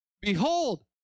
Behold